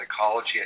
Psychology